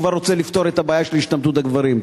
והוא כבר רוצה לפתור את הבעיה של השתמטות הגברים.